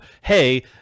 hey